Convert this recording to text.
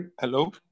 Hello